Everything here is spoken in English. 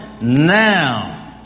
now